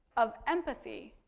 of empathy